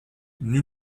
nul